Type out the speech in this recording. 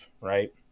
right